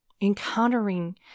encountering